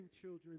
children